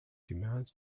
demands